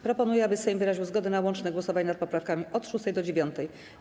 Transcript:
Proponuję, aby Sejm wyraził zgodę na łączne głosowanie nad poprawkami od 6. do 9.